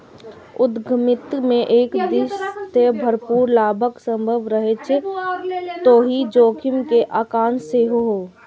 उद्यमिता मे एक दिस जतय भरपूर लाभक संभावना रहै छै, ओतहि जोखिम के आशंका सेहो